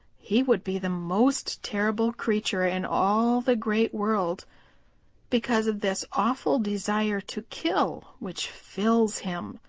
he would be the most terrible creature in all the great world because of this awful desire to kill which fills him.